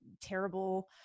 terrible